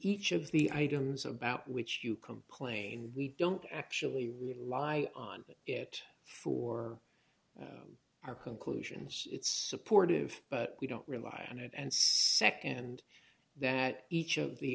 each of the items about which you complain we don't actually rely on it for our conclusions it's supported but we don't rely on it and nd that each of the